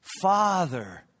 Father